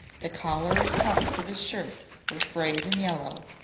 the collar and cuffs of his shirt were frayed and yellow,